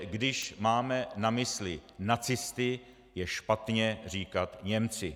Když máme na mysli nacisty, je špatně říkat Němci.